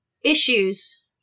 issues